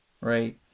Right